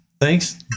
Thanks